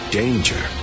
danger